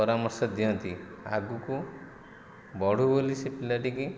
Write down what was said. ପରାମର୍ଶ ଦିଅନ୍ତି ଆଗକୁ ବଢ଼ୁ ବୋଲି ସେ ପିଲାଟିକି